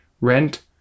rent